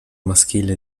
maschile